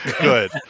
Good